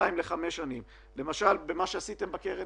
מיליון שקל, מאחר שזיהינו בקרן